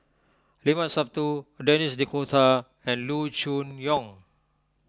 Limat Sabtu Denis D'Cotta and Loo Choon Yong